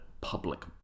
public